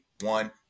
one